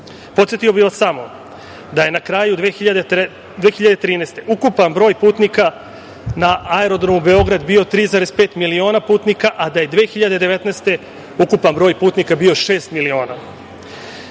Podsetio bih vas samo da je na kraju 2013. godine ukupan broj putnika na aerodromu Beograd bio 3,5 miliona putnika, a da je 2019. godine ukupan broj putnika bio šest miliona.U